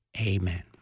Amen